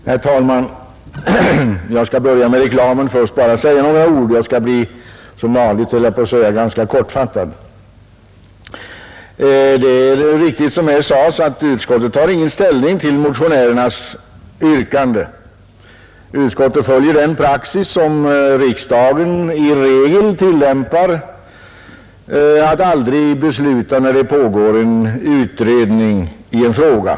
Herr talman! Jag skall börja med att säga bara några ord om reklamen. Vid beskattningen Jag skall — som vanligt, höll jag på att säga — bli ganska kortfattad. för reklamoch Det är riktigt som här sades att utskottet inte tar någon ställning till — ”epresentationsmotionärernas yrkande. Utskottet följer den praxis som riksdagen i regel — kostnader tillämpar: att aldrig besluta när det pågår en utredning i en fråga.